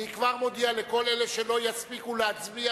אני כבר מודיע לכל אלה שלא יספיקו להצביע,